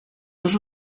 dos